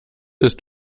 ist